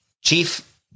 Chief